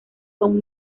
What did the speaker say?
son